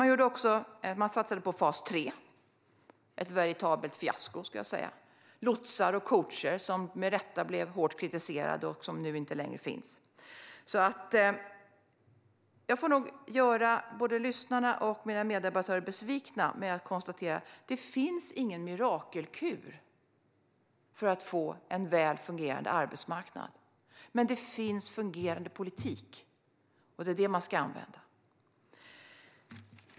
Man satsade också på fas 3, som var ett veritabelt fiasko, med lotsar och coacher som med rätta blev hårt kritiserade och nu inte längre finns. Jag får nog göra både lyssnarna och mina meddebattörer besvikna genom att konstatera att det inte finns någon mirakelkur för att få en välfungerande arbetsmarknad, men det finns fungerande politik, och det är det man ska använda.